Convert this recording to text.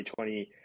2020